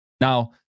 now